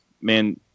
Man